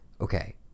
okay